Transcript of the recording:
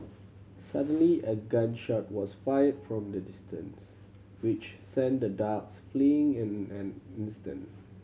suddenly a gun shot was fired from a distance which sent the dogs fleeing in an instant